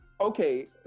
Okay